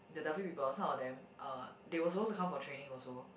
the Delfi people some of them er they were supposed to come for training also